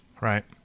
Right